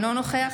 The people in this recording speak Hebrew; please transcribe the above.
אינו נוכח